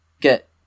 get